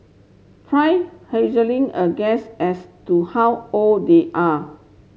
try a guess as to how old they are